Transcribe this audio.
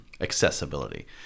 accessibility